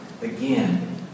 Again